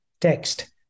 text